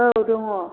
औ दङ